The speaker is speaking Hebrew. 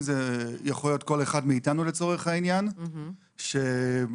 זה קיים בארצות הברית, בבריטניה, בפינלנד, בישראל.